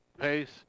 pace